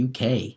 UK